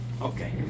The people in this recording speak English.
Okay